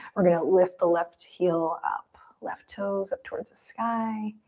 we're gonna lift the left heel up, left toes up towards the sky.